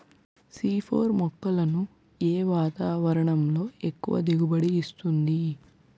C four మొక్కలను ఏ వాతావరణంలో ఎక్కువ దిగుబడి ఇస్తుంది?